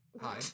Hi